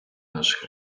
наших